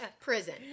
Prison